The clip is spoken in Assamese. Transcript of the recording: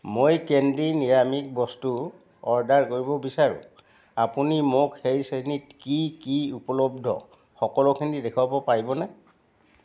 মই কেণ্ডি নিৰামিষ বস্তু অৰ্ডাৰ কৰিব বিচাৰোঁ আপুনি মোক সেই শ্ৰেণীত কি কি উপলব্ধ সকলোখিনি দেখুৱাব পাৰিবনে